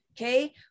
Okay